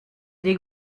des